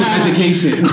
education